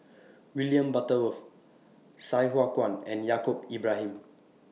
William Butterworth Sai Hua Kuan and Yaacob Ibrahim